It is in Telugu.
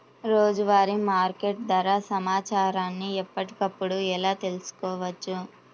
రోజువారీ మార్కెట్ ధర సమాచారాన్ని ఎప్పటికప్పుడు ఎలా తెలుసుకోవచ్చు?